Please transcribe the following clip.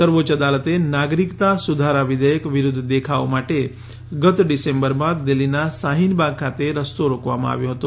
સર્વોચ્ય અદાલતે નાગરિકતા સુધારા વિઘેયક વિરૂધ્ધ દેખાવો માટે ગત ડિસેમ્બરમાં દિલ્ફીના શાહીનબાગ ખાતે રસ્તો રોકવામાં આવ્યો હતો